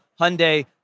Hyundai